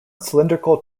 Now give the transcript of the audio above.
cylindrical